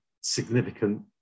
significant